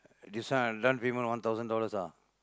this one the down payment one thousand dollars ah